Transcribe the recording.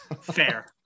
fair